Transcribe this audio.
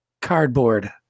cardboard